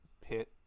pit